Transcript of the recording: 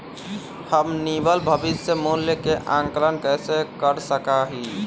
हम निवल भविष्य मूल्य के आंकलन कैसे कर सका ही?